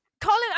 Colin